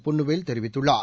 பொன்னுவேல் தெரிவித்துள்ளார்